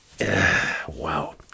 Wow